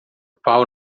pau